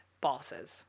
bosses